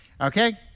Okay